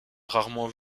rarement